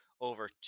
over